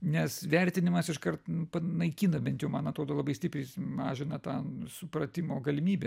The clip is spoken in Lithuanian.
nes vertinimas iškart panaikina bent jau man atrodo labai stipriai mažina tą supratimo galimybę